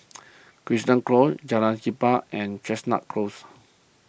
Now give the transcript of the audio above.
Crichton Close Jalan Siap and Chestnut Close